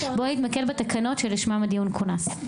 בואי נתמקד בתקנות שלשמן הדיון כונס.